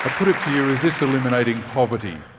put it to you is this eliminating poverty?